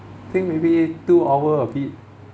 think maybe two hour a bit